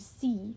see